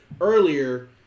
earlier